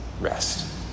rest